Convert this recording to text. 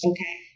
Okay